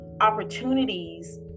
opportunities